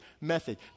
method